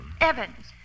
Evans